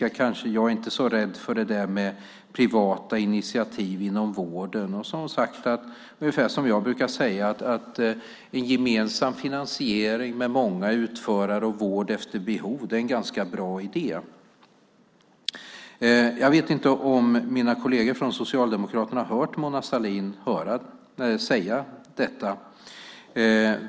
Jag är kanske inte så rädd för det där med privata initiativ inom vården. Och så har hon sagt ungefär som jag brukar säga, att en gemensam finansiering med många utförare och vård efter behov är en ganska bra idé. Jag vet inte om mina kolleger från Socialdemokraterna har hört Mona Sahlin säga detta.